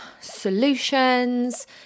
solutions